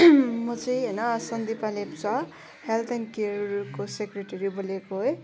म चाहिँ होइन सन्दिपा लेप्चा हेल्थ एन्ड केयरको सेक्रेटेरी बोलेको है